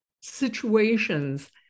situations